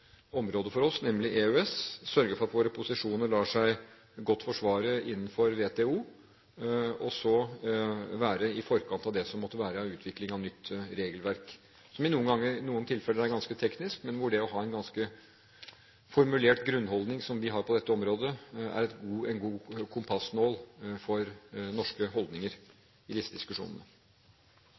området for oss, nemlig EØS, sørge for at våre posisjoner lar seg godt forsvare innenfor WTO, og så være i forkant av det som måtte være av utvikling av nytt regelverk, som i noen tilfeller er ganske teknisk, men hvor det å ha en ganske formulert grunnholdning, som vi har på dette området, er en god kompassnål for norske holdninger i disse diskusjonene.